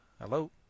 Hello